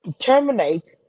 terminate